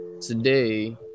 today